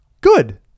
Good